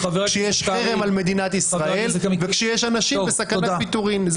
כשיש חרם על מדינת ישראל וכשיש אנשים בסכנת פיטורים.